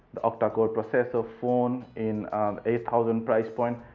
octacore processor phone in eight thousand price point.